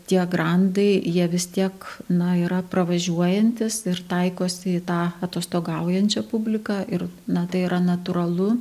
tie grandai jie vis tiek na yra pravažiuojantys ir taikosi į tą atostogaujančią publiką ir na tai yra natūralu